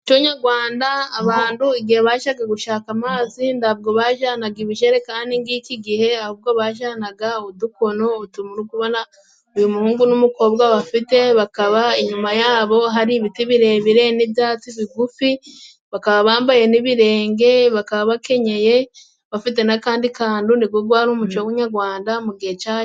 Mu muco nyagwanda abandu igihe bajaga gushaka amazi nta bwo bajanaga ibijerikani ng'iki gihe. Ahubwo bajanaga udukono utu muri kubona uyu muhungu n'umukobwa bafite, bakaba inyuma yabo hari ibiti birebire n'ibyatsi bigufi, bakaba bambaye n'ibirenge, bakaba bakenyeye bafite n'akandi kandu nigo gwari umuco nyagwanda mu gihe cya kera.